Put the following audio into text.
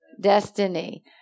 destiny